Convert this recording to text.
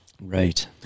Right